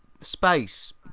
space